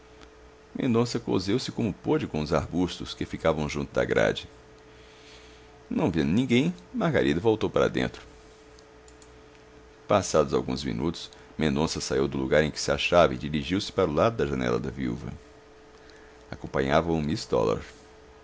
ruído mendonça coseu se como pôde com uns arbustos que ficavam junto da grade não vendo ninguém margarida voltou para dentro passados alguns minutos mendonça saiu do lugar em que se achava e dirigiu-se para o lado da janela da viúva acompanhava-o